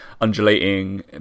undulating